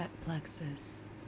plexus